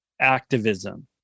activism